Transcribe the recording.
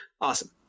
Awesome